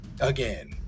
again